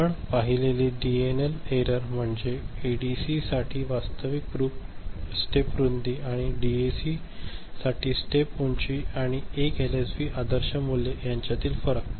आपण पाहिलेली DNL error म्हणजे एडीसीसाठी वास्तविक स्टेप रूंदी आणि डीएसीसाठी स्टेप उंची आणि 1 एलएसबीचे आदर्श मूल्य यांच्यातील फरक